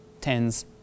tens